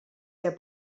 der